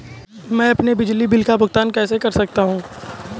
मैं अपने बिजली बिल का भुगतान कैसे कर सकता हूँ?